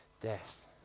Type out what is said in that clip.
death